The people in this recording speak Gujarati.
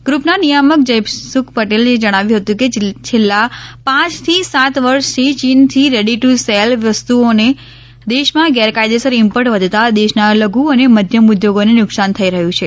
ગ્રૂપના નિયામક જયસુખ પટેલે જણાવ્યું હતું કે છેલ્લાં પાંચથી સાત વર્ષથી ચીનથી રેડી ટૂ સેલ વસ્તુઓની દેશમાં ગેરકાયદેસર ઇમ્પોર્ટ વધતા દેશના લધુ અને મધ્યમ ઉદ્યગોને નુકસાન થઈ રહ્યું છે